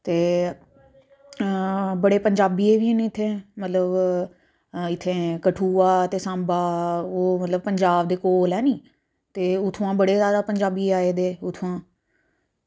ते बड़े पंजाबी बी निं हैन इत्थें ते इत्थें कठुआ सांबा ओह् मतलब पंजाब दे कोल ऐ नी ते उत्थां बड़े पंजाबी आये दे उत्थां